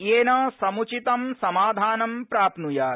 येन सम्चितं समाधानं प्राप्न्यात्